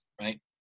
right